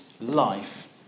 life